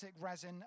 resin